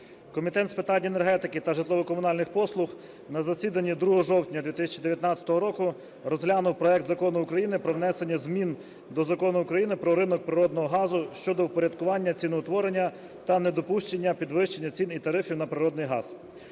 Комітет з питань енергетики та житлово-комунальних послуг на засіданні 2 жовтня 2019 року розглянув проект Закону про внесення змін до Закону України "Про ринок природного газу" щодо впорядкування ціноутворення та недопущення підвищення цін і тарифів на природний газ.